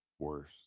Worse